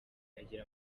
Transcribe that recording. agira